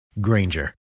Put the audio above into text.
Granger